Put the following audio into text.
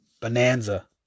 bonanza